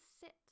sit